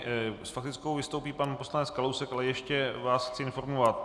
S faktickou vystoupí pan poslanec Kalousek, ale ještě vás chci informovat.